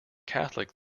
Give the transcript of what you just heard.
catholic